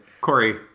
Corey